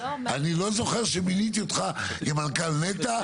אני לא זוכר שמיניתי אותך כמנכ"ל נת"ע.